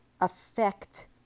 affect